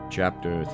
Chapter